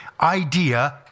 idea